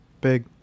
big